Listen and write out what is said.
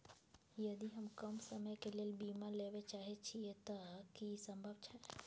यदि हम कम समय के लेल बीमा लेबे चाहे छिये त की इ संभव छै?